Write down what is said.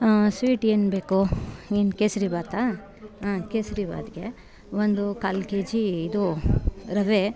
sweet ಏನು ಬೇಕು ಏನು ಕೇಸರಿ ಭಾತಾ ಊಂ ಕೇಸರಿ ಭಾತ್ಗೆ ಒಂದು ಕಾಲು ಕೆ ಜಿ ಇದು ರವೆ